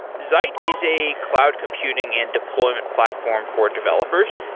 zeit is a cloud computing and deployment platform for developers.